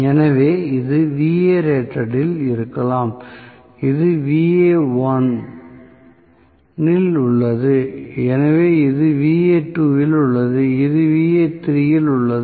எனவே இது இல் இருக்கலாம் இது Va1 இல் உள்ளது எனவே இது Va2 இல் உள்ளது இது Va3 இல் உள்ளது